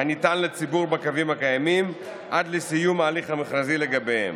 הניתן לציבור בקווים הקיימים עד לסיום ההליך המכרזי לגביהם.